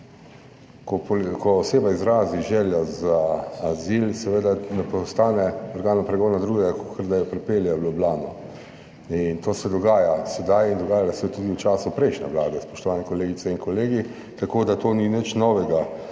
ko oseba izrazi željo za azil, seveda ne preostane organom pregona drugega, kakor, da jo pripelje v Ljubljano in to se dogaja sedaj in dogajalo se je tudi v času prejšnje Vlade, spoštovani kolegice in kolegi, tako, da to ni nič novega,